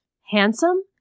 handsome